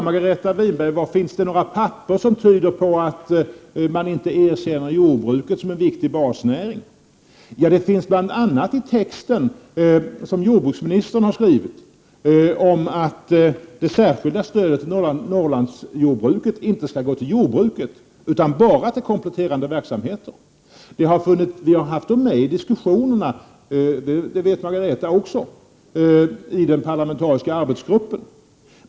Margareta Winberg frågade var det finns papper som tyder på att man inte erkänner jordbruket som en viktig basnäring. Ja, det framgår bl.a. av den text som jordbruksministern har skrivit om att det särskilda stödet till Norrlandsjordbruket inte skall gå till jordbruket utan bara till kompletterande verksamheter. Och det har funnits med i diskussionerna i den parlamentariska arbetsgruppen — det vet Margareta Winberg.